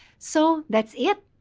so, that's it!